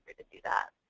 to do that.